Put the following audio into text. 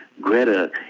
Greta